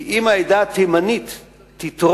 כי אם העדה התימנית תתרום,